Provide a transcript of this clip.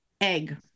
egg